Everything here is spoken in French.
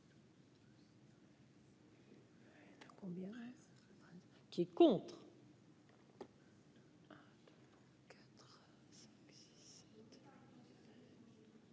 Qui est contre.